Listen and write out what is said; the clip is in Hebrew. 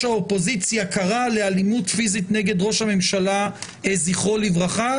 האופוזיציה קרא לאלימות פיזית נגד ראש הממשלה זכרו לברכה.